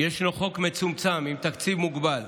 ישנו חוק מצומצם עם תקציב מוגבל.